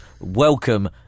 Welcome